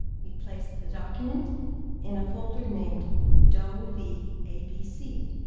we placed the document in a folder named doe v. abc.